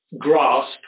grasp